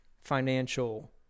financial